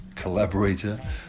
collaborator